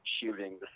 shooting